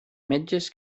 metges